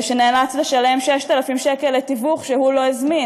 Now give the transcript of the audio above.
שנאלץ לשלם 6,000 שקל לתיווך שהוא לא הזמין.